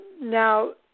Now